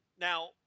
Now